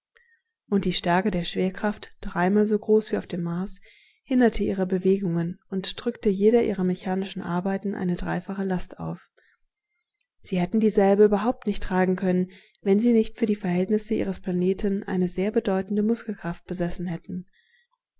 und die stärke der schwerkraft dreimal so groß wie auf dem mars hinderte ihre bewegungen und drückte jeder ihrer mechanischen arbeiten eine dreifache last auf sie hätten dieselbe überhaupt nicht tragen können wenn sie nicht für die verhältnisse ihres planeten eine sehr bedeutende muskelkraft besessen hätten